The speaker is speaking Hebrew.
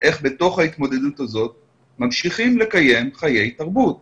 איך בתוך ההתמודדות הזאת ממשיכים לקיים חיי תרבות ולכן,